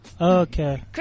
Okay